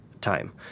time